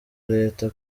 leta